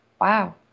wow